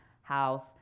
house